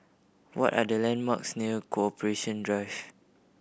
what are the landmarks near Corporation Drive